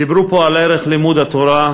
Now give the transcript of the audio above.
דיברו פה על ערך לימוד התורה.